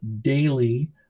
daily